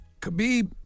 Khabib